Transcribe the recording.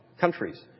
countries